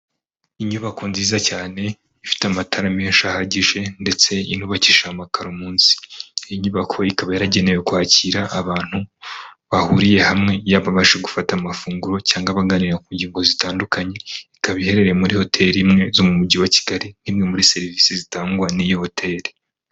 Inyubako nziza cyane ifite amatara menshi ahagije ndetse inubakisha amakaro muns, iyi nyubako ikaba yaragenewe kwakira abantu bahuriye hamwe yababasha gufata amafunguro cyangwa baganira ku ngingo zitandukanye, ikaba iherereye muri hoteli imwe zo mu mujyi wa kigali nk' imwe muri serivisi zitangwa n'iyo hoteli.